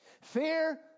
Fear